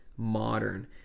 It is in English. modern